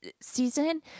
season